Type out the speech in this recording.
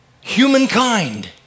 humankind